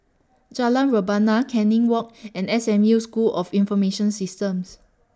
Jalan Rebana Canning Walk and S M U School of Information Systems